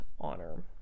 honor